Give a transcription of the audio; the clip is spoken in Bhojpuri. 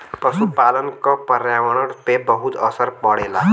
पसुपालन क पर्यावरण पे बहुत असर पड़ेला